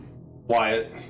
Wyatt